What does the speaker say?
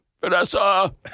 Vanessa